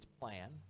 plan